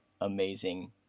amazing